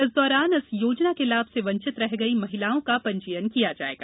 इस दौरान इस योजना के लाभ से वंचित रह गई महिलाओं का पंजीयन किया जायेगा